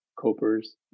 copers